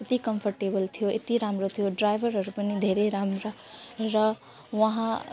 यत्ति कम्फर्टेबल थियो यत्ति राम्रो थियो ड्राइभरहरू पनि धेरै राम्रा र वहाँ